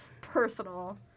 personal